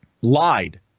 lied